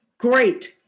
great